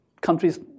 countries